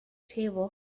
table